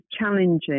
challenging